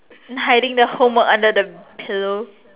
hiding the homework under the pillow